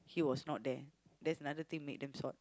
he was not there that's another thing make them shocked